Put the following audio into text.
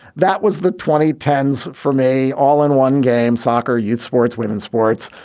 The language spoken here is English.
that was the twenty ten s for me all in one game soccer, youth sports, women's sports,